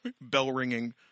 bell-ringing